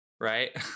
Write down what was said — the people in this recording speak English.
Right